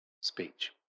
speech